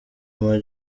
ama